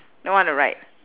the one on the right